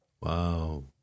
Wow